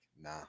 nah